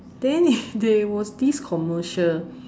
then there was this commercial